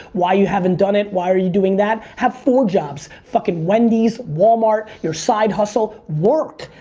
why you haven't done it, why are you doing that. have four jobs. fuckin' wendys, walmart, your side hustle. work,